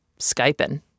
Skyping